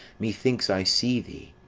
methinks i see thee,